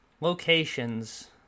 Locations